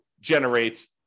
generate